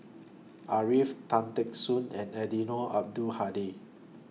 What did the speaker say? Arifin Tan Teck Soon and Eddino Abdul Hadi